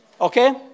Okay